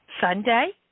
Sunday